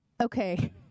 okay